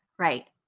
right,